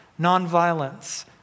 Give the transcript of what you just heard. nonviolence